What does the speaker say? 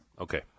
Okay